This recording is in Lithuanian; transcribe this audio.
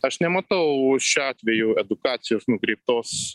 aš nematau šiuo atveju edukacijos nukreiptos